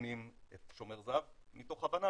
מקדמים את שומר זהב, מתוך הבנה